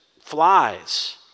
flies